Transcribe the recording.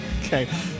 Okay